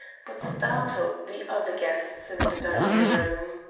but startled the other guests in the dining-room.